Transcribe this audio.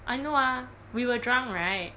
I know ah we were drunk right